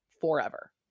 forever